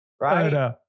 right